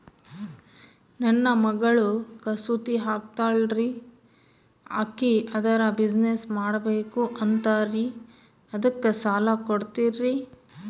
ನನ್ನ ಮಗಳು ಕಸೂತಿ ಹಾಕ್ತಾಲ್ರಿ, ಅಕಿ ಅದರ ಬಿಸಿನೆಸ್ ಮಾಡಬಕು ಅಂತರಿ ಅದಕ್ಕ ಸಾಲ ಕೊಡ್ತೀರ್ರಿ?